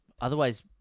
otherwise